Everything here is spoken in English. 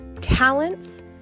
talents